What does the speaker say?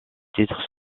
titres